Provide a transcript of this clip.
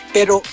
Pero